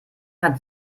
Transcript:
hat